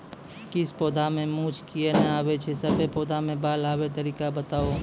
किछ पौधा मे मूँछ किये नै आबै छै, सभे पौधा मे बाल आबे तरीका बताऊ?